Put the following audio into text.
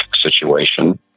situation